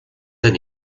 and